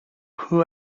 who